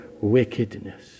wickedness